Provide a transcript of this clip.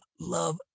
love